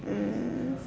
mm